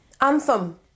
Anthem